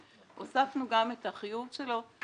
הוספנו גם את החיוב שלו לבדוק את